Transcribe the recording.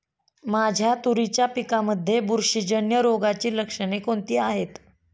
माझ्या तुरीच्या पिकामध्ये बुरशीजन्य रोगाची लक्षणे कोणती आहेत?